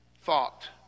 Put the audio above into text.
thought